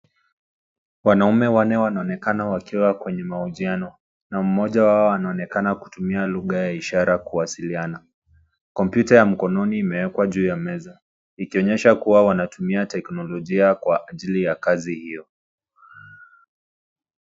Wanaume wanne wanaonekana wakiwa kwenye mahojiano na mmoja wao anaonekana kutumia lugha ya ishara kuwasiliana. Kompyuta ya mkononi imewekwa juu ya meza ikionyesha kuwa wanatumia teknolojia kwa ajili ya kazi hiyo.